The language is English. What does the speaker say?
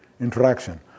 interaction